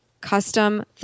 custom